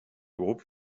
groupe